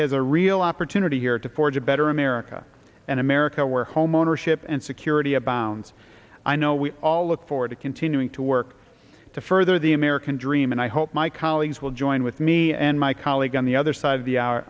has a real opportunity here to forge a better america an america where homeownership and security abounds i know we all look forward to continuing to work to further the american dream and i hope my colleagues will join with me and my colleague on the other side of the